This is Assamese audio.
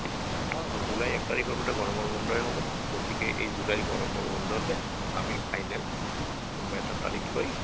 অঁ জুলাই এক তাৰিখৰ পৰা তো গৰমৰ বন্ধই হ'ব গতিকে এই জুলাই গৰমৰ বন্ধতে আমি ফাইনেল কোনোবা এটা তাৰিখ লৈ